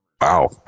wow